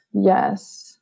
yes